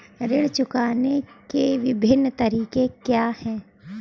ऋण चुकाने के विभिन्न तरीके क्या हैं?